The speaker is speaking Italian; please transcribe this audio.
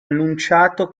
annunciato